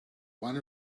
one